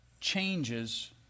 changes